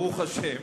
ברוך השם,